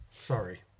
Sorry